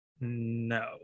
no